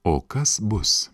o kas bus